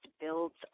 builds